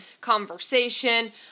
conversation